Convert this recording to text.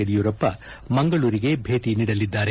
ಯಡಿಯುರಪ್ಪ ಮಂಗಳೂರಿಗೆ ಭೇಟಿ ನೀಡಲಿದ್ದಾರೆ